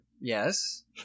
Yes